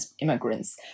immigrants